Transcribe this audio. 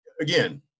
again